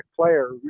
player